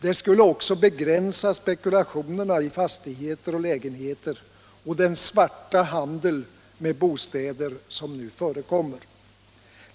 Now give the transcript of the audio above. Det skulle begränsa spekulationerna i fastigheter och lägenheter och den svarta handel med bostäder som nu förekommer.